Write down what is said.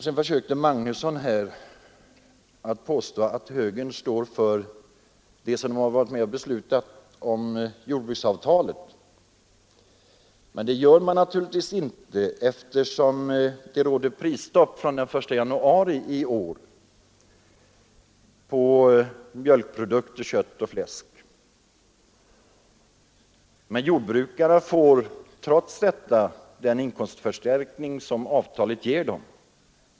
Sedan påstod herr Magnusson i Borås att moderaterna står fast vid jordbruksavtalet. Så är det naturligtvis inte, eftersom det råder prisstopp fr.o.m. den 1 januari i år på mjölkprodukter, kött och fläsk. Jordbrukarna får trots detta den inkomstförstärkning som avtalet ger dem.